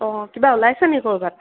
অঁ কিবা ওলাইছেনি ক'ৰবাত